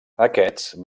aquests